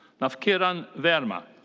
navkiran verma.